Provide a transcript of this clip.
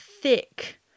thick